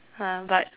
uh but